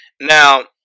Now